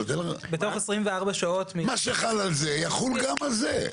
מה שחל על זה יחול גם על זה.